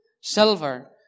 silver